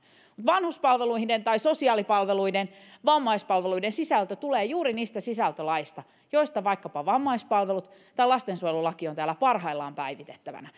vanhuspalveluiden tai sosiaalipalveluiden vammaispalveluiden sisältö tulee juuri niistä sisältölaeista joista vaikkapa vammaispalvelulaki tai lastensuojelulaki ovat täällä parhaillaan päivitettävinä